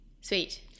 sweet